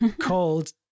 called